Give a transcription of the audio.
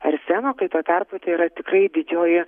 arseno kai tuo tarpu tai yra tikrai didžioji